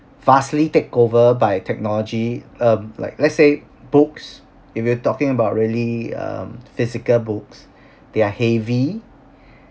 vastly takeover by technology um like let's say books if you talking about really um physical books they are heavy